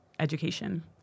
education